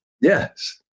Yes